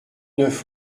neuf